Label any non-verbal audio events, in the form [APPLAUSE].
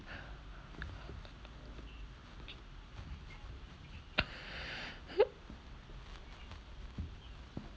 [NOISE]